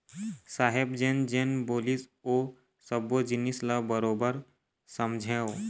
साहेब जेन जेन बोलिस ओ सब्बो जिनिस ल बरोबर समझेंव